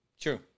True